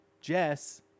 Jess